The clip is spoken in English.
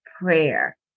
prayer